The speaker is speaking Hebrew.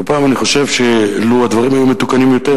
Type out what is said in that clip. לא פעם אני חושב שלו הדברים היו מתוקנים יותר,